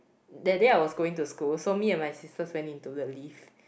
that day I was going to school so me and my sisters went into the lift